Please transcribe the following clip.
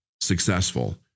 successful